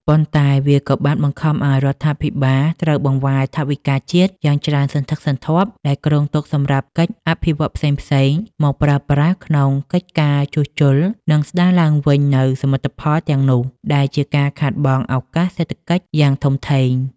ប៉ុន្តែវាក៏បានបង្ខំឱ្យរដ្ឋាភិបាលត្រូវបង្វែរថវិកាជាតិយ៉ាងសន្ធឹកសន្ធាប់ដែលគ្រោងទុកសម្រាប់កិច្ចអភិវឌ្ឍន៍ផ្សេងៗ មកប្រើប្រាស់ក្នុងកិច្ចការជួសជុល និងស្ដារឡើងវិញនូវសមិទ្ធផលទាំងនោះ ដែលជាការខាតបង់ឱកាសសេដ្ឋកិច្ចយ៉ាងធំធេង។